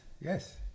yes